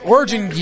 Origin